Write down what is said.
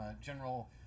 general